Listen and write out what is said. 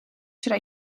should